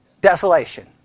Desolation